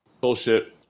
bullshit